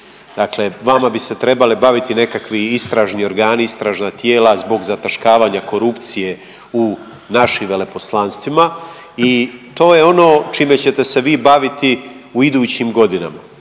Dakle vama bi se trebale baviti nekakvi istražni organi, istražna tijela zbog zataškavanja korupcije u našim veleposlanstvima i to je ono čime ćete se vi baviti u idućim godinama.